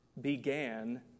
began